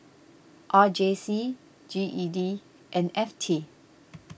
R J C G E D and F T